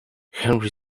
henry